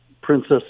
Princess